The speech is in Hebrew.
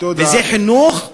וזה חינוך הומני,